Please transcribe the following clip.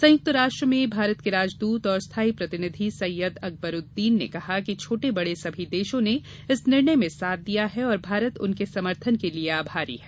संयुक्त राष्ट्र में भारत के राजदूत और स्थायी प्रतिनिधि सैयद अकबरूद्दीन ने कहा कि छोटे बड़े सभी देशों ने इस निर्णय में साथ दिया है और भारत उनके समर्थन के लिए आभारी है